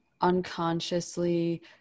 unconsciously